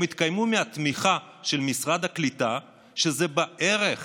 הם התקיימו מהתמיכה של משרד הקליטה, שזה בערך